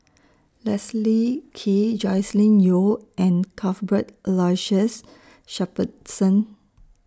Leslie Kee Joscelin Yeo and Cuthbert Aloysius Shepherdson